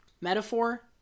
metaphor